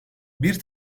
bir